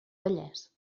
vallès